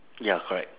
ya correct